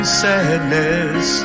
sadness